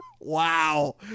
Wow